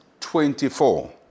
24